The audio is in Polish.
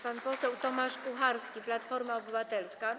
Pan poseł Tomasz Kucharski, Platforma Obywatelska.